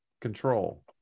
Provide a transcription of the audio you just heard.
control